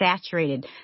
saturated